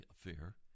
affair